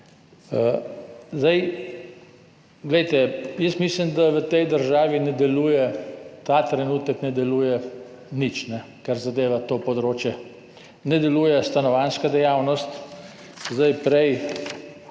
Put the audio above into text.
plati. Glejte, jaz mislim, da v tej državi ta trenutek ne deluje nič, kar zadeva to področje. Ne deluje stanovanjska dejavnost. Prej